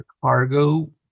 cargo